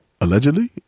Allegedly